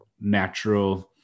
natural